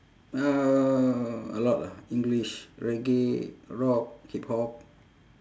uh a lot ah english reggae rock hip hop